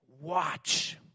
watch